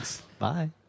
Bye